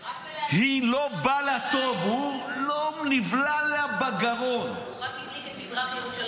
-- רק בלהדליק את מזרח ירושלים.